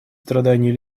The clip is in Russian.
страданий